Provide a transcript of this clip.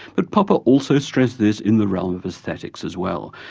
but popper also stressed this in the realm of aesthetics as well,